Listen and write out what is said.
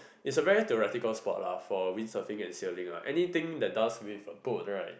is a very theoretical sport lah for wind surfing and sailing anything that does with a boat right